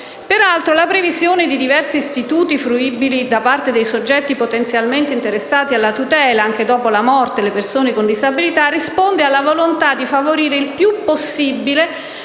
Peraltro, la previsione di diversi istituti fruibili da parte dei soggetti potenzialmente interessati alla tutela, anche dopo la morte, delle persone con disabilità, risponde alla volontà di favorire il più possibile